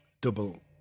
double